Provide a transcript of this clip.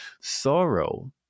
sorrow